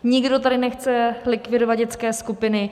Nikdo tady nechce likvidovat dětské skupiny.